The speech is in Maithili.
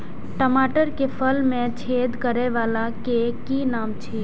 टमाटर के फल में छेद करै वाला के कि नाम छै?